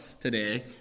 today